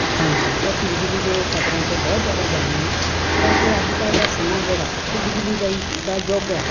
ਹਾਂਜੀ ਅਸੀਂ ਬਿਜਲੀ ਦੇ ਖ਼ਤਰਿਆਂ ਤੋਂ ਬਹੁਤ ਜ਼ਿਆਦਾ ਜਾਣੂ ਹਾਂ ਕਿਉਂਕਿ ਅੱਜ ਕੱਲ੍ਹ ਦਾ ਸਮਾਂ ਜਿਹੜਾ ਇਹ ਬਿਜਲੀ ਦਾ ਹੀ ਦਾ ਯੁੱਗ ਹੈ